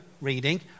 reading